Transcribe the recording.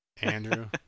Andrew